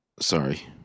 sorry